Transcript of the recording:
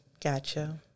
Gotcha